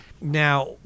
now